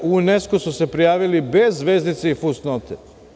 U UNESKO su se prijavili bez zvezdice i fusnote.